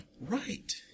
Right